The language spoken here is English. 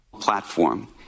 Platform